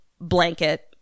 blanket